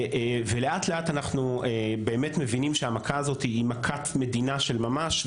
ולאט-לאט אנחנו באמת מבינים שהמכה הזאת היא מכת מדינה של ממש,